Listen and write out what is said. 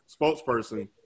Spokesperson